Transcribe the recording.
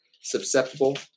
susceptible